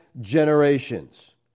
generations